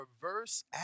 reverse